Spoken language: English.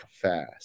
fast